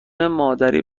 مادری